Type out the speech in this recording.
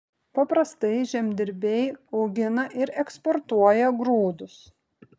paprastai žemdirbiai augina ir eksportuoja grūdus